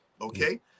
Okay